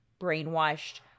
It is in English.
brainwashed